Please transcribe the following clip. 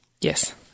Yes